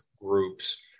groups